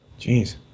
Jeez